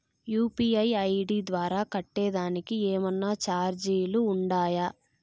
UPI ID ద్వారా కట్టేదానికి ఏమన్నా చార్జీలు ఉండాయా?